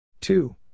two